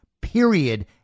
period